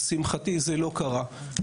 כשלשמחתי הוא לא הגיע למדינת ישראל.